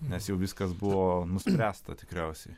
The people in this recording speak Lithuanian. nes jau viskas buvo nuspręsta tikriausiai